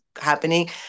happening